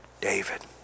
David